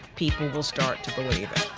people will start to believe it.